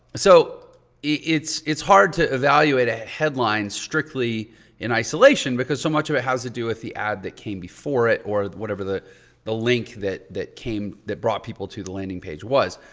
so it's it's hard to evaluate a headline strictly in isolation because so much of it has to do with the ad that came before it or whatever the the link that that came, that brought people to the landing page was.